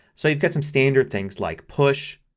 so you've got some standard things like push,